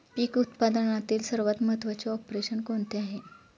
पीक उत्पादनातील सर्वात महत्त्वाचे ऑपरेशन कोणते आहे?